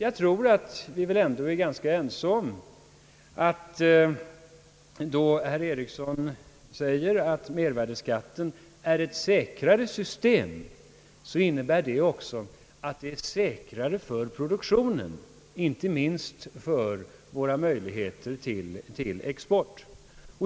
Då herr Eriksson i Kinna säger att mervärdeskatten är ett säkrare system innebär det också att det är säkrare för produktionen — det är vi väl alla ganska ense om — inte minst för våra möjligheter till export.